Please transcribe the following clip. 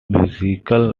musical